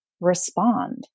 respond